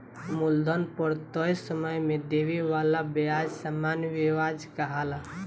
मूलधन पर तय समय में देवे वाला ब्याज सामान्य व्याज कहाला